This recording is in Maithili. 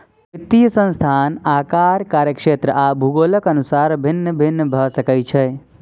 वित्तीय संस्थान आकार, कार्यक्षेत्र आ भूगोलक अनुसार भिन्न भिन्न भए सकै छै